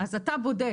אז אתה בודק